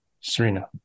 Serena